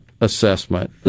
assessment